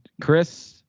chris